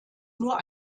nur